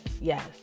yes